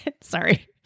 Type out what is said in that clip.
Sorry